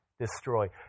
destroy